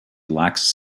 lacks